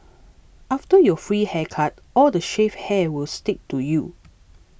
after your free haircut all the shaved hair will stick to you